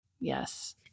Yes